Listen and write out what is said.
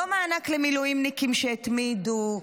לא מענק למילואימניקים שהתמידו,